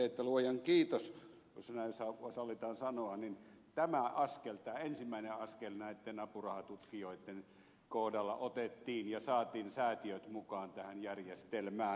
nimittäin luojan kiitos jos näin sallitaan sanoa tämä ensimmäinen askel näitten apurahatutkijoitten kohdalla otettiin ja saatiin säätiöt mukaan tähän järjestelmään